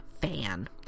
fan